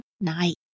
night